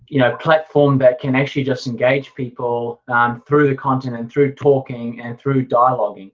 you know platform that can actually just engage people through the content and through talking and through dialogue. and